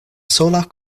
sola